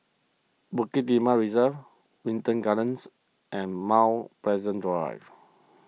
Bukit Timah Reserve Wilton Gardens and Mount Pleasant Drive